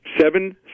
seven